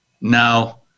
Now